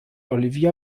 olivia